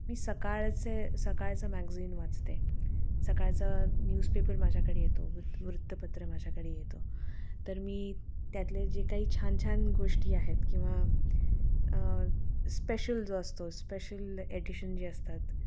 मी सकाळचे सकाळचं मॅगझीन वाचते सकाळचं न्यूजपेपर माझ्याकडे येतो वृ वृत्तपत्र माझ्याकडे येतो तर मी त्यातले जे काही छान छान गोष्टी आहेत किंवा स्पेशल जो असतो स्पेशल एडिशन जे असतात